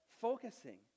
focusing